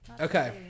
Okay